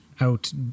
out